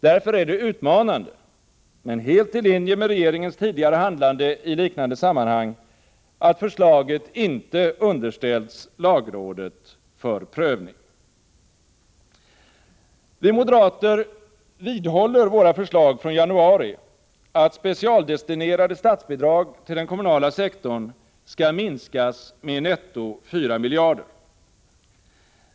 Därför är det utmanande — men helt i linje med regeringens tidigare handlande i liknande sammanhang — att förslaget inte underställts lagrådet för prövning. Vi moderater vidhåller våra förslag från januari att de specialdestinerade statsbidragen till den kommunala sektorn skall minskas med netto 4 miljarder.